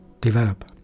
develop